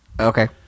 Okay